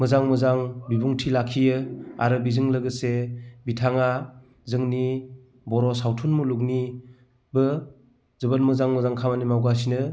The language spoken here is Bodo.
मोजां मोजां बिबुंथि लाखियो आरो बेजों लोगोसे बिथाङा जोंनि बर' सावथुन मुलुगनिबो जोबोर मोजां मोजां खामानि मावगासिनो